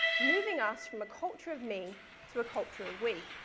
moving us from a culture of me to a culture of we.